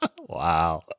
Wow